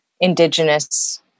Indigenous